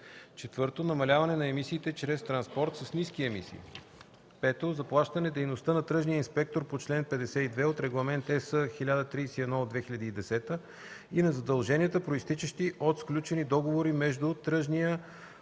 транспорт; 4. намаляване на емисиите чрез транспорт с ниски емисии; 5. заплащане дейността на тръжния инспектор по чл. 52 от Регламент (ЕС) № 1031/2010 и на задълженията, произтичащи от сключените договори между тръжния продавач